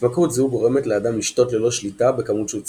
התמכרות זו גורמת לאדם לשתות ללא שליטה בכמות שהוא צורך.